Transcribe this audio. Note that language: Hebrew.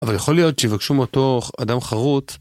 אבל יכול להיות שיבקשו מאותו אדם חרוט.